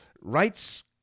Rights